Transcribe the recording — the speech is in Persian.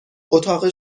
اتاق